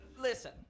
Listen